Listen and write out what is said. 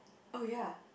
oh ya